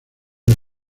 más